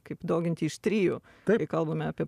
kaip dauginti iš trijų taigi kalbame apie